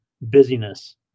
busyness